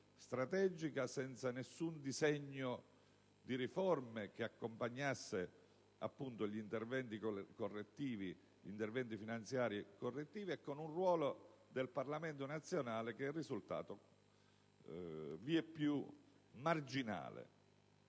senza alcun disegno di riforma che accompagnasse gli interventi finanziari correttivi e con un ruolo del Parlamento nazionale che è risultato vieppiù marginale.